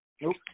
Nope